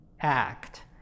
act